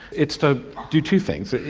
it's to do two things,